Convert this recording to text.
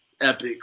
epic